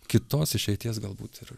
kitos išeities galbūt ir